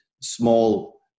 small